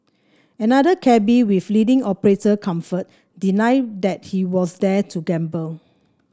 another cabby with leading operator Comfort denied that he was there to gamble